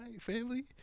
family